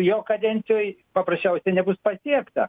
jo kadencijoj paprasčiausiai nebus pasiekta